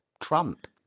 Trump